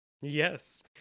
Yes